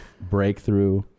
breakthrough